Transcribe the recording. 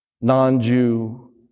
non-Jew